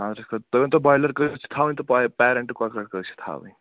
خانٛدرَس خٲطرٕ تُہۍ ؤنۍتَو بۄیِلَر کٔژ چھِ تھاوٕنۍ تہٕ پےَ پیرَنٹہٕ کۄکر کٔژ چھِ تھاوٕنۍ